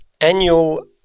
Annual